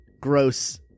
gross